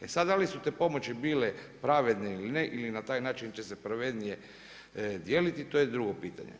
E sad, da li su te pomoći bile pravedne ili ne ili na taj način će se pravednije dijeliti to je drugo pitanje.